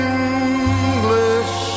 English